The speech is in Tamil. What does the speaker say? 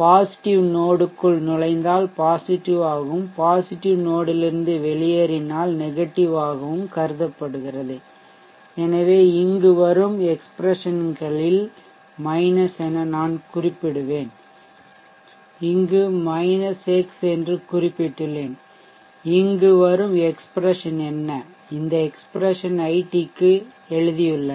பாசிட்டிவ் நோட் க்குள் நுழைந்தால் பாசிட்டிவ் ஆகவும் பாசிட்டிவ் நோட் ல் இருந்து வெளியேறினால் நெகட்டிவ் ஆகவும் கருதப்படுகிறது எனவே இங்கு வரும் எக்ஸ்ப்ரெஷன் களில் மைனஸ் என நான் குறிப்பிடுவேன் இங்கு மைனஸ் X எக்ஸ்ப்ரெஷன் என்று குறிப்பிட்டுள்ளேன் இங்கு வரும் எக்ஸ்ப்ரெஷன் என்ன இந்த எக்ஸ்ப்ரெஷன் iT க்கு எழுதியுள்ளனர்